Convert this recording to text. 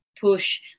push